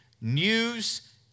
news